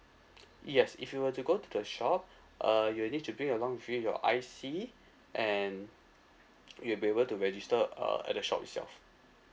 yes if you were to go to the shop uh you will need to bring along with you your I_C and we'll be able to register uh at the shop itself